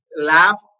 laugh